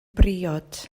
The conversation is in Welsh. briod